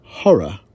horror